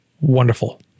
Wonderful